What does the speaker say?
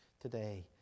today